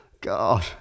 god